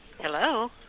Hello